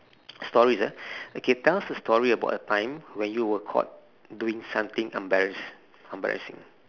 stories ya okay tell us a story about a time when you were caught doing something embarrass~ embarrassing